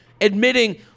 admitting